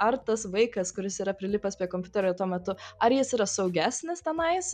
ar tas vaikas kuris yra prilipęs prie kompiuterio tuo metu ar jis yra saugesnis tenais